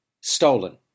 stolen